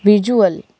visual